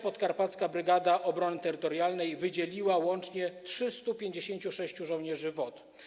Podkarpacka Brygada Obrony Terytorialnej wydzieliła łącznie 356 żołnierzy WOT.